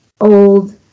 old